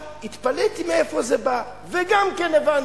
התפלאתי מאיפה זה בא, וגם כן הבנתי,